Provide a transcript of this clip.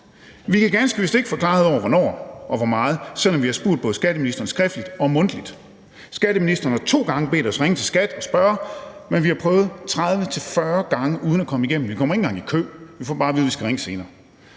Vi kan ganske vist ikke få klarhed over hvornår og hvor meget, selv om vi har spurgt skatteministeren både skriftligt og mundtligt. Skatteministeren har to gange bedt os ringe til skattevæsenet og spørge, men vi har prøvet 30-40 gange uden at komme igennem. Vi kommer ikke engang i kø, vi får bare at vide, at vi skal ringe senere.